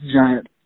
giant